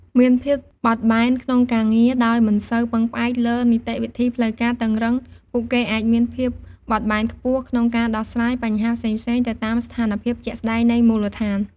មានភាពបត់បែនក្នុងការងារ ដោយមិនសូវពឹងផ្អែកលើនីតិវិធីផ្លូវការតឹងរ៉ឹង ពួកគេអាចមាន ភាពបត់បែនខ្ពស់ ក្នុងការដោះស្រាយបញ្ហាផ្សេងៗទៅតាមស្ថានភាពជាក់ស្តែងនៃមូលដ្ឋាន។